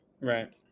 Right